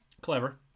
Clever